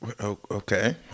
Okay